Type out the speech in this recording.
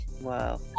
Wow